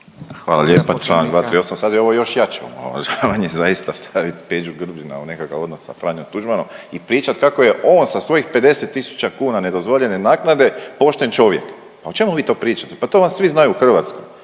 Hvala lijepa. Članak 238., sad je ovo još jače omalovažavanje. Zaista stavit Peđu Grbina u nekakav odnos sa Franjom Tuđmanom i pričat kako je on sa svojih 50 tisuća kuna nedozvoljene naknade pošten čovjek. Ma o čemu vi to pričate, pa to vam svi znaju u Hrvatskoj,